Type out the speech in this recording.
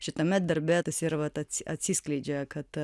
šitame darbe tas ir vat at atsiskleidžia kad